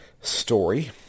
story